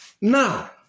Now